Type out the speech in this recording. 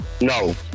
No